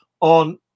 on